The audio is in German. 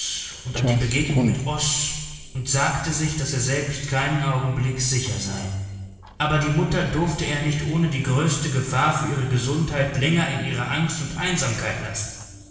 und an die begegnung mit oß und sagte sich daß er selbst keinen augenblick sicher sei aber die mutter durfte er nicht ohne die größte gefahr für ihre gesundheit länger in ihrer angst und einsamkeit lassen